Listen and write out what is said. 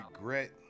regret